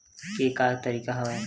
के का तरीका हवय?